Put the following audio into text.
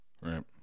Right